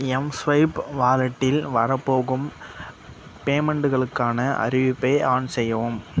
mSwipe வாலெட்டில் வரப்போகும் பேமெண்ட்டுகளுக்கான அறிவிப்பை ஆன் செய்யவும்